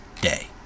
day